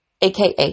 Aka